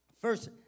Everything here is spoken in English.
First